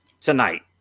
tonight